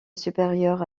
supérieure